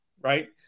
right